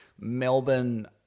melbourne